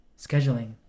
Scheduling